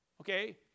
Okay